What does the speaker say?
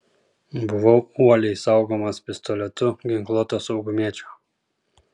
buvau uoliai saugomas pistoletu ginkluoto saugumiečio